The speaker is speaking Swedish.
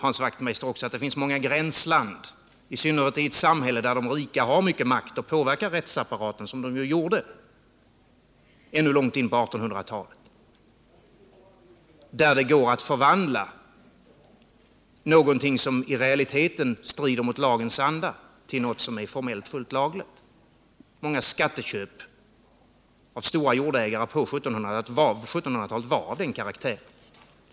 Hans Wachtmeister vet också att det finns många gränsland — i synnerhet när de rika har mycket makt och påverkar rättsapparaten, som de ju gjorde ännu långt in på 1800-talet — där det går att förvandla någonting som i realiteten strider mot lagens anda till något som är formellt fullt lagligt. Många skatteköp av stora jordägare på 1700-talet var av den karaktären.